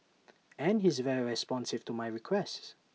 and he's very responsive to my requests